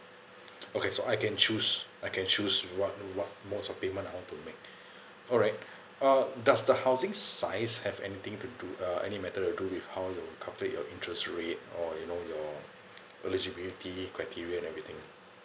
okay so I can choose I can choose what what modes of payment I want to make alright um does the housing size have anything to do uh any matter to do with how you calculate your interest rate or you know your eligibility criteria everything